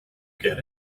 get